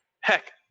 Heck